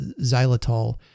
xylitol